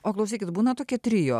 o klausykit būna tokie trio